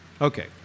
Okay